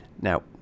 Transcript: now